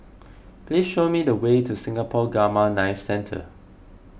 please show me the way to Singapore Gamma Knife Centre